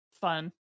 fun